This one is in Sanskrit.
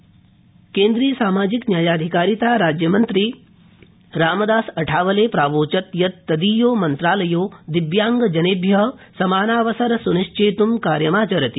अठावले केन्द्रीय सामाजिक न्यायाधिकारिता राज्यमन्त्री रामदास अठावले प्रावोचत् यत् तदीयो मन्त्रालयो दिव्याङ्गजनेभ्य समानावसर स्निश्चेत् कार्यमाचरति